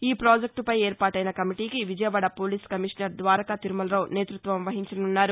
ఈ ప్రాజెక్టుపై ఏర్పాటెన కమిటీకి విజయవాడ పోలీస్ కమిషనర్ ద్వారకా తిరుమలరావు నేతృత్వం వహించనున్నారు